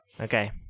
Okay